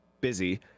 busy